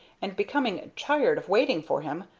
and becoming tired of waiting for him,